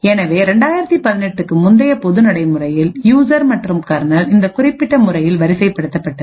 எனவே 2018 க்கு முந்தைய பொது நடைமுறையில் யூசர் மற்றும் கர்னல் இந்த குறிப்பிட்ட முறையில் வரிசைப் படுத்தப்பட்டது